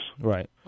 Right